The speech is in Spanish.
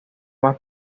más